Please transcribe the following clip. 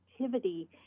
activity